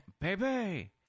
baby